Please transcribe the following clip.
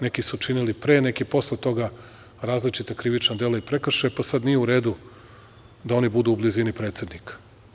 Neki su činili pre, neki posle toga različita krivična dela i prekršaje, pa sad nije u redu da oni budu u blizini predsednika.